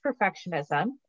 perfectionism